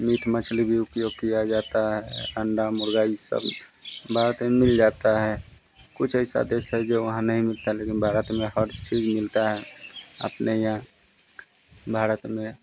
meet मछली भी उपयोग किया जाता है अंडा मुर्ग़ी यह सब भारत में मिल जाते हैं कुछ ऐसे देश हैं जो वहाँ नहीं मिलते हैं लेकिन भारत में हर चीज़ मिलती है अपने यहाँ भारत में